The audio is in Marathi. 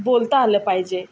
बोलता आलं पाहिजे